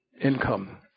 income